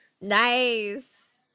Nice